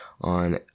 on